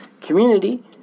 Community